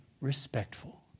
respectful